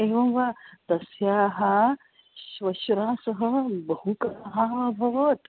एवं वा तस्याः श्वश्र्वाः सह बहु कलहः अभवत्